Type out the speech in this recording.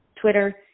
Twitter